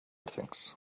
things